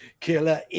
Killer